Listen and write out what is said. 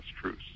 truce